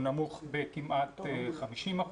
הוא נמוך בכמעט 50%,